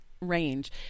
range